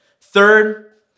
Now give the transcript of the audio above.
Third